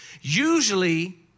usually